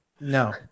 No